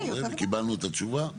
קיבלנו את התשובה?